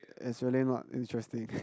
it's really not interesting